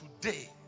today